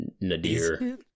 nadir